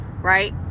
right